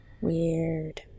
Weird